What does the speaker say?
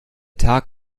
tag